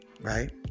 right